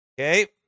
okay